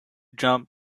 jump